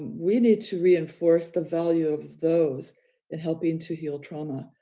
we need to reinforce the value of those that helping to heal trauma,